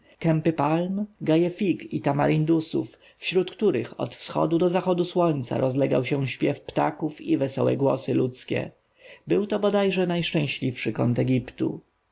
kępy palm gaje fig i tamaryndusów wśród których od wschodu do zachodu słońca rozlegał się śpiew ptaków i wesołe głosy ludzkie był to bodaj że najszczęśliwszy kąt egiptu